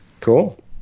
Cool